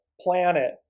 planet